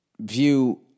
view